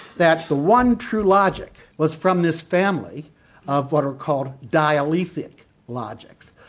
that the one true logic was from this family of what are called dialethic logics,